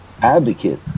advocate